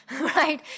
right